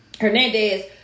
Hernandez